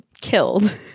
killed